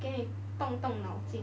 给你动动脑筋